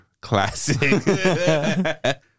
classic